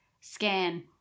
scan